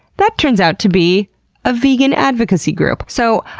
that turns out to be a vegan advocacy group. so,